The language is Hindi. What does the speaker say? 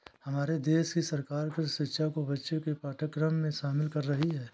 हमारे देश की सरकार कृषि शिक्षा को बच्चों के पाठ्यक्रम में शामिल कर रही है